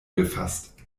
gefasst